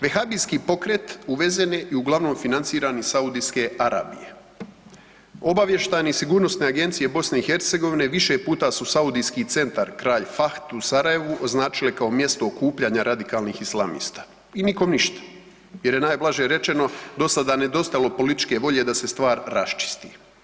Vehabijski pokret uvezen je i uglavnom financiran iz Saudijske Arabije, obavještajne i sigurnosne agencije BiH više puta su saudijski centar „Kralj Fahd“ u Sarajevu označile kao mjesto okupljanja radikalnih islamista i nikom ništa jer je najblaže rečeno, do sada nedostajalo političke volje da se stvar raščisti.